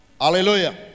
Hallelujah